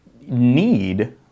need